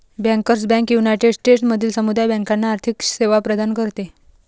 bankers bank united स्टेट्समधील समुदाय बँकांना आर्थिक सेवा प्रदान करते